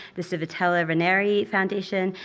the civitella ranieri foundation,